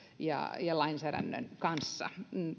ja ja lainsäädännön kanssa